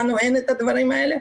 לנו את הדברים האלה.